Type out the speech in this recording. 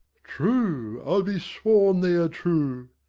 true! i'll be sworn they are true.